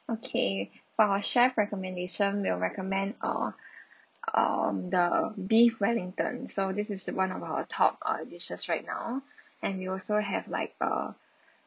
okay for our chef recommendation we recommend err um the beef wellington so this is one of our top uh dishes right now and we also have like uh